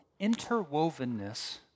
interwovenness